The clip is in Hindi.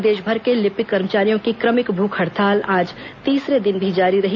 प्रदेशभर के लिपिक कर्मचारियों की क्रमिक भूख हड़ताल आज तीसरे दिन भी जारी रही